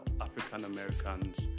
African-Americans